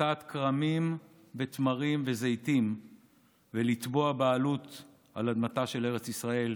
לטעת כרמים ותמרים וזיתים ולתבוע בעלות על אדמתה של ארץ ישראל,